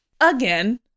again